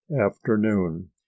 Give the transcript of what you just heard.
afternoon